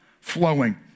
flowing